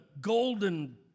golden